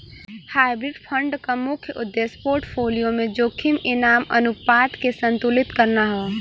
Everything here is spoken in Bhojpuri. हाइब्रिड फंड क मुख्य उद्देश्य पोर्टफोलियो में जोखिम इनाम अनुपात के संतुलित करना हौ